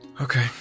Okay